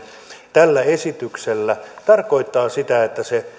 tällä esityksellä tarkoittaa sitä että se